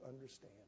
understand